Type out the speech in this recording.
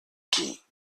king